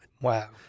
Wow